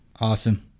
Awesome